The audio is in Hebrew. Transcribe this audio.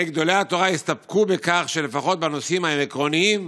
הרי שגדולי התורה הסתפקו בכך שלפחות הנושאים העקרוניים